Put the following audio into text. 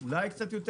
אולי קצת יותר.